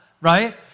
right